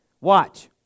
Watch